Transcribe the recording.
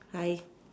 hi